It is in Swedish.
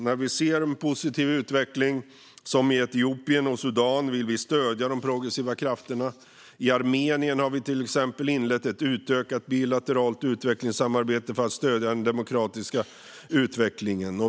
När vi ser en positiv utveckling som i Etiopien och Sudan vill vi stödja de progressiva krafterna. I Armenien har vi till exempel inlett ett utökat bilateralt utvecklingssamarbete för att stödja den demokratiska utvecklingen.